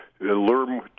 learn